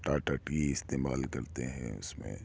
Tata tea استعمال کرتے ہیں اس میں